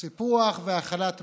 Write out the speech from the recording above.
סיפוח והחלת ריבונות,